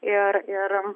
ir ir